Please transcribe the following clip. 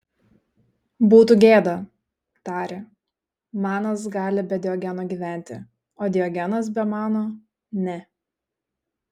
būtų gėda tarė manas gali be diogeno gyventi o diogenas be mano ne